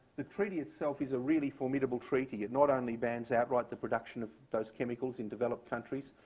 the treaty itself is a really formidable treaty. it not only bans outright the production of those chemicals in developed countries,